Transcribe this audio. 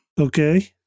Okay